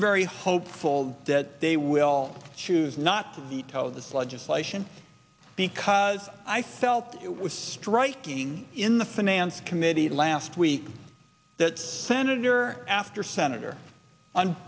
very hopeful that they will choose not to veto this legislation because i felt it was striking in the finance committee last week that senator after senator on